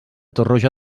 torroja